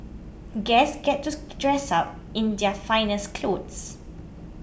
guests get to dress up in their finest clothes